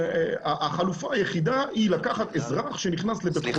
החלופה היחידה היא לקחת אזרח שנכנס לבית חולים ולנתח אותו.